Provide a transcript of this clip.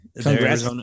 Congrats